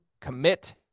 commit